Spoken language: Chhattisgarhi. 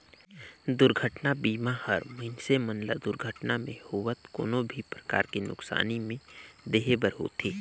दुरघटना बीमा हर मइनसे मन ल दुरघटना मे होवल कोनो भी परकार के नुकसानी में देहे बर होथे